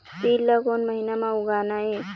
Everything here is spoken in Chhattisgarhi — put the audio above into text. तील ला कोन महीना म उगाना ये?